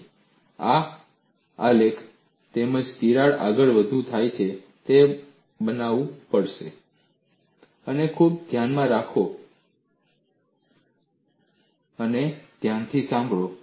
તમારે આ આલેખ તેમજ તિરાડ આગળ પર શું થાય છે તે બનાવવું પડશે અને ખૂબ ધ્યાનથી સાંભળો